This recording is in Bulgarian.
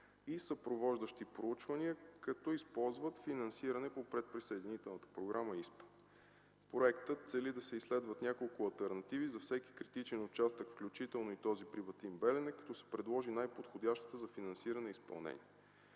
и съпровождащи проучвания, като използват финансиране по предприсъединителната Програма ИСПА. Проектът цели да се изследват няколко алтернативи за всеки критичен участък, включително и този при Батин-Белене, като се предложи най-подходящата за финансиране и изпълнение.